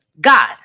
god